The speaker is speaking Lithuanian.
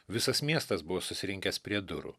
visas miestas buvo susirinkęs prie durų